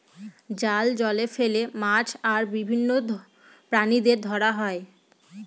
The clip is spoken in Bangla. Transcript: জাল জলে ফেলে মাছ আর বিভিন্ন প্রাণীদের ধরা হয়